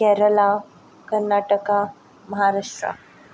Kerala Karnataka Maharashtra